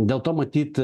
dėl to matyt